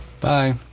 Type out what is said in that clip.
bye